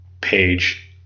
page